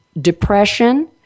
depression